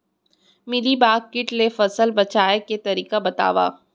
Mealybug किट ले फसल बचाए के तरीका बतावव?